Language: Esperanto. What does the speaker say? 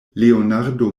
leonardo